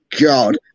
God